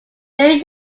bearing